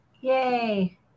Yay